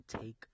take